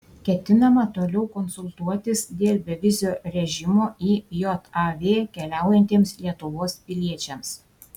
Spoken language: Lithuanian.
ketinama toliau konsultuotis dėl bevizio režimo į jav keliaujantiems lietuvos piliečiams